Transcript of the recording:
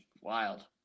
Wild